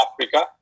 Africa